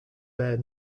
bare